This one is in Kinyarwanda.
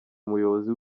umuyobozi